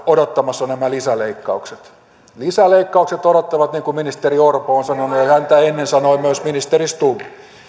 odottamassa nämä lisäleikkaukset lisäleikkaukset odottavat niin kuin ministeri orpo on sanonut ja häntä ennen sanoi myös ministeri stubb